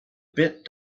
bit